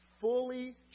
fully